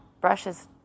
brushes